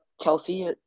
Kelsey